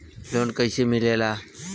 Loan कईसे मिलेला?